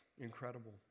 incredible